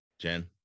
Jen